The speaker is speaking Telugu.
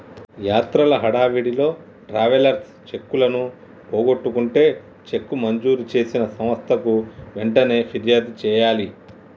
యాత్రల హడావిడిలో ట్రావెలర్స్ చెక్కులను పోగొట్టుకుంటే చెక్కు మంజూరు చేసిన సంస్థకు వెంటనే ఫిర్యాదు చేయాలి